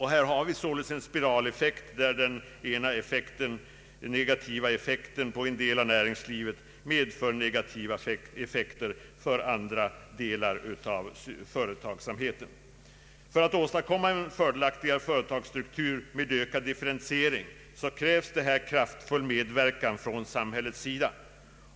Här har vi således en spiraleffekt — den negativa effekten på en del av näringslivet medför negativ effekt för andra delar. För att man skall kunna åstadkomma en fördelaktigare företagsstruktur med ökad differentiering krävs kraftfull medverkan från samhällets sida.